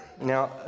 Now